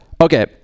Okay